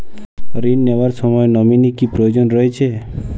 ঋণ নেওয়ার সময় নমিনি কি প্রয়োজন রয়েছে?